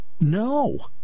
No